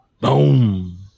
Boom